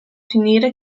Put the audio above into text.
finire